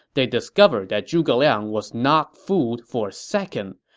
they discovered that zhuge liang was not fooled for a second.